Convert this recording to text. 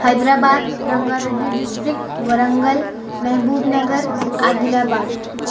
Hyderabad Ranga Reddy district Warangal Mahbubnagar عادل آباد